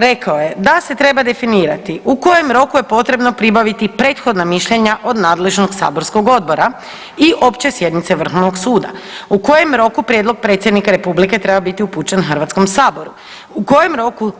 Rekao je da se treba definirati u kojem roku je potrebno pribaviti prethodna mišljenja od nadležnog saborskog odbora i opće sjednice Vrhovnog suda, u kojem roku prijedlog predsjednika republike treba biti upućen Hrvatskom saboru, u kojem roku